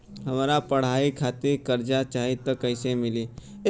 हमरा पढ़ाई खातिर कर्जा चाही त कैसे मिली?